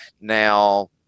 Now